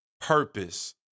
purpose